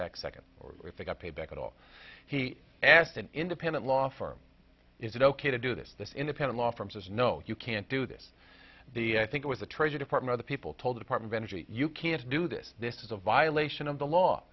back second or if they got paid back at all he asked an independent law firm is it ok to do this this independent law firm says no you can't do this the i think it was the treasury department the people told department energy you can't do this this is a violation of the law